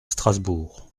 strasbourg